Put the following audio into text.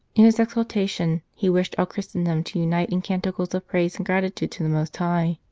in his exaltation he wished all christendom to unite in canticles of praise and gratitude to the most high.